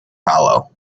hollow